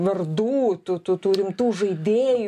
vardų tų tų tų rimtų žaidėjų